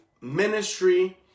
ministry